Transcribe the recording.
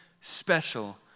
special